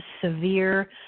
severe